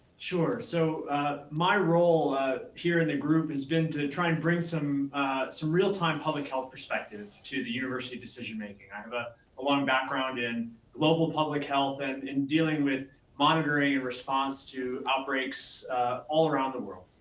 sure, so my role here in the group has been to to try and bring some real time, public health perspective to the university decision making. i have ah a long background in global public health and in dealing with monitoring response to outbreaks all around the world.